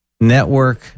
Network